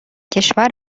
کشور